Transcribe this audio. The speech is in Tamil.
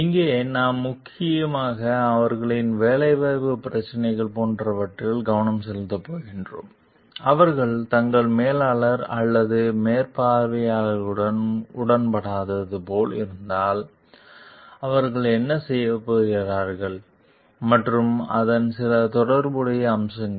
இங்கே நாம் முக்கியமாக அவர்களின் வேலைவாய்ப்பு பிரச்சினைகள் போன்றவற்றில் கவனம் செலுத்தப் போகிறோம் அவர்கள் தங்கள் மேலாளர் அல்லது மேற்பார்வையாளர்களுடன் உடன்படாதது போல் இருந்தால் அவர்கள் என்ன செய்யப் போகிறார்கள் மற்றும் அதன் சில தொடர்புடைய அம்சங்கள்